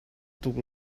tuk